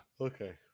Okay